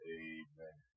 amen